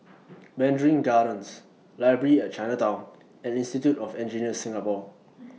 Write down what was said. Mandarin Gardens Library At Chinatown and Institute of Engineers Singapore